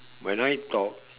when I talk